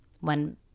One